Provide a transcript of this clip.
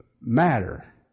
matter